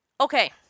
Okay